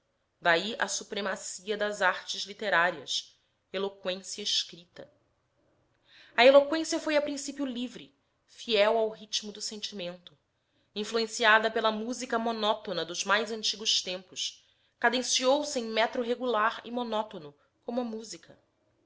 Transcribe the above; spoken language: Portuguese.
daí a supremacia das artes literárias eloqüência escrita a eloqüência foi a principio livre fiel ao ritmo do sentimento influenciada pela música monótona dos mais antigos tempos cadenciou se em metro regular e monótono como a música